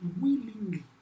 willingly